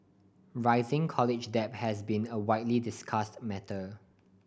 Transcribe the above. rising college debt has been a widely discussed matter